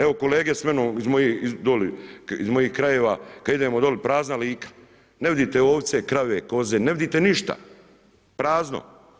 Evo kolege s menom iz mojih krajeva, kada idemo dole, prazna Lika, ne vidite ovce, krave, koze, ne vidite ništa, prazno.